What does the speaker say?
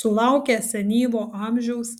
sulaukę senyvo amžiaus